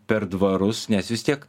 per dvarus nes vis tiek